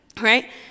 right